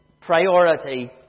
priority